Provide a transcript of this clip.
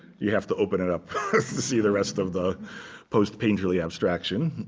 you have to open it up to see the rest of the post-painterly abstraction.